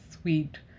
sweet